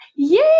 Yay